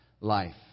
life